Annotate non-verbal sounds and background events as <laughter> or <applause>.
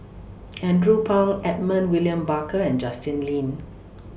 <noise> Andrew Phang Edmund William Barker and Justin Lean